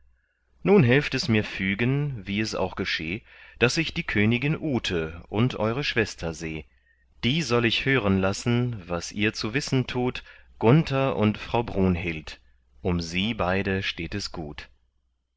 nun helft es mir fügen wie es auch gescheh daß ich die königin ute und eure schwester seh die soll ich hören lassen was ihr zu wissen tut gunther und frau brunhild um sie beide steht es gut